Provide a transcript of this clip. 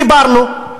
דיברנו,